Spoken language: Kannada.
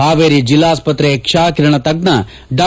ಪಾವೇರಿ ಜಿಲ್ಲಾಸ್ತತ್ರೆ ಕ್ಷ ಕಿರಣ ತಜ್ಜ ಡಾ